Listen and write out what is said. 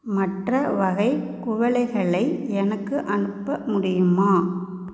மற்ற வகை குவளைகளை எனக்கு அனுப்ப முடியுமா